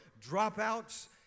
dropouts